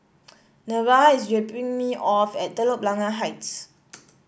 Nevaeh is dropping me off at Telok Blangah Heights